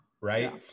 right